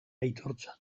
aitortza